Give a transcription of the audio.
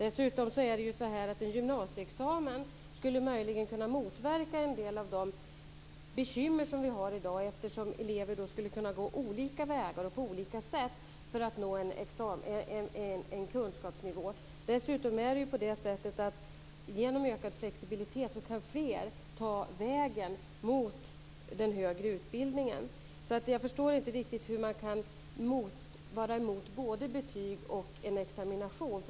En gymnasieexamen skulle möjligen kunna motverka en del av de bekymmer som vi har i dag eftersom elever då skulle kunna gå olika vägar och på olika sätt nå en kunskapsnivå. Genom ökad flexibilitet kan dessutom fler ta vägen mot den högre utbildningen. Jag förstår inte hur man kan vara emot både betyg och examination.